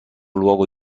luogo